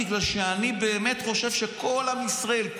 בגלל שאני באמת חושב שכל עם ישראל,